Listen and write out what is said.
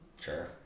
Sure